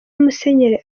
musenyeri